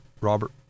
Robert